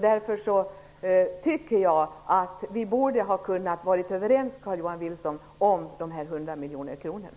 Därför tycker jag att vi borde ha kunnat komma överens, Carl-Johan Wilson, i fråga om dessa 100